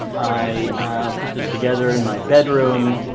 i put this together in my bedroom.